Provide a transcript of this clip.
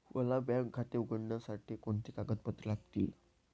मला बँक खाते उघडण्यासाठी कोणती कागदपत्रे लागतील?